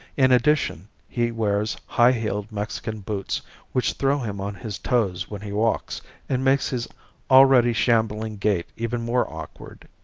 in addition he wears high-heeled mexican boots which throw him on his toes when he walks and makes his already shambling gait even more awkward.